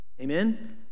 amen